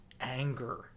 anger